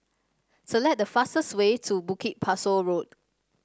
select the fastest way to Bukit Pasoh Road